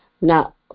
Now